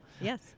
Yes